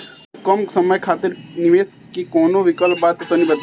सबसे कम समय खातिर निवेश के कौनो विकल्प बा त तनि बताई?